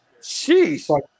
Jeez